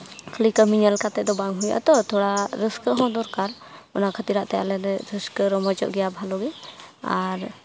ᱠᱷᱟᱹᱞᱤ ᱠᱟᱹᱢᱤ ᱧᱮᱞ ᱠᱟᱛᱮ ᱫᱚ ᱵᱟᱝ ᱦᱩᱭᱩᱜᱼᱟ ᱛᱚ ᱛᱷᱚᱲᱟ ᱨᱟᱹᱥᱠᱟᱹ ᱦᱚᱸ ᱫᱚᱨᱠᱟᱨ ᱚᱱᱟ ᱠᱷᱟᱹᱛᱤᱨᱟᱜ ᱛᱮ ᱟᱞᱮ ᱞᱮ ᱨᱟᱹᱥᱠᱟᱹ ᱨᱚᱢᱚᱡᱚᱜ ᱜᱮᱭᱟ ᱵᱷᱟᱞᱚ ᱜᱮ ᱟᱨ